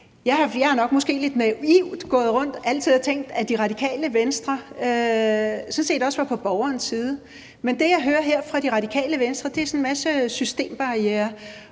Jeg har måske nok altid lidt naivt gået rundt og tænkt, at Radikale Venstre sådan set også var på borgerens side. Men det, jeg hører her fra Radikale Venstres side, er sådan en masse systembarrierer: